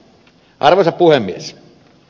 arvoisa puhemies